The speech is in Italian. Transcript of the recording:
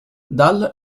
dal